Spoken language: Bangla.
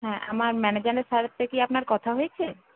হ্যাঁ আমার ম্যানেজারের সঙ্গে কি আপনার কথা হয়েছে